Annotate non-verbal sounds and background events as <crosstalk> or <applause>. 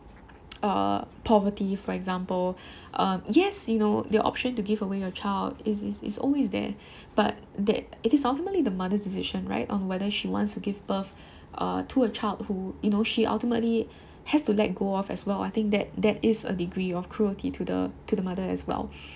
err poverty for example <breath> um yes you know the option to give away your child is is is always there <breath> but that it is ultimately the mother's decision right on whether she wants to give birth uh to a child who you know she ultimately has to let go of as well I think that that is a degree of cruelty to the to the mother as well <breath>